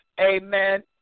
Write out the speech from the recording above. Amen